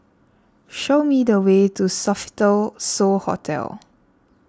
show me the way to Sofitel So Hotel